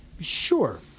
Sure